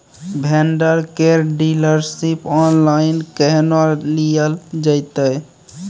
Vendor केर dealership online केहनो लियल जेतै?